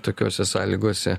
tokiose sąlygose